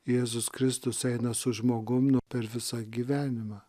jėzus kristus eina su žmogum nu per visą gyvenimą